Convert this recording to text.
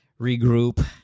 regroup